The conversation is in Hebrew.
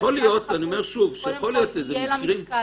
שלחזקת החפות יהיה משקל